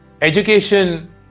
education